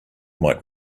might